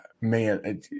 man